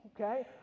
okay